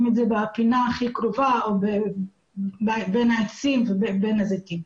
את זה בפינה הכי קרובה או בין העצים ובין הזיתים.